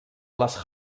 les